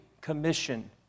commission